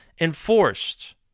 enforced